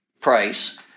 Price